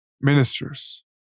Ministers